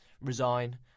resign